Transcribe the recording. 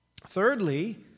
Thirdly